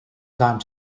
time